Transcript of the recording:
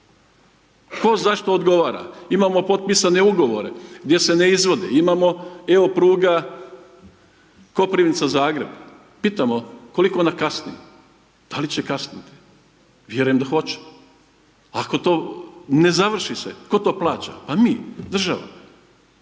tko zašto odgovara? Imamo potpisane ugovore, gdje se ne izvode, imamo evo pruga Koprivnica – Zagreb, pitamo koliko ona kasni, da li će kasniti, vjerujem da hoće ako to ne završi se tko to plaća, pa mi država.